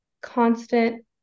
constant